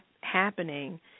happening